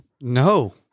No